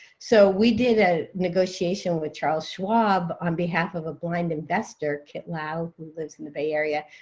so we did a negotiation with charles schwab on behalf of a blind investor kit lao, who lives in the bay area.